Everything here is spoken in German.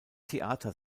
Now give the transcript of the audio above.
theater